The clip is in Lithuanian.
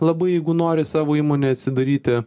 labai jeigu nori savo įmonę atsidaryti